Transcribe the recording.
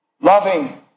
loving